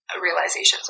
realizations